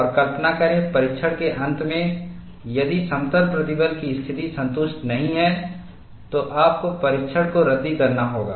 और कल्पना करें परीक्षण के अंत में यदि समतल प्रतिबल की स्थिति संतुष्ट नहीं है तो आपको परीक्षण को रद्दी करना होगा